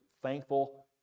thankful